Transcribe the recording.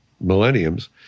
millenniums